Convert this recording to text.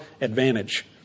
advantage